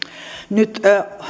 nyt